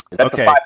Okay